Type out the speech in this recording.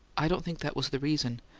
i don't think that was the reason.